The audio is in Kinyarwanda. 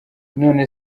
none